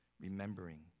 remembering